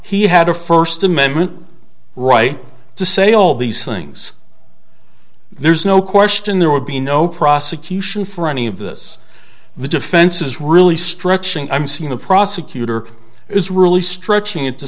he had a first amendment right to say all these things there's no question there would be no prosecution for any of this the defense is really stretching i'm seeing the prosecutor is really stretching it to